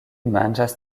manĝas